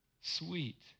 sweet